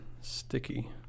sticky